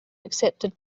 accepted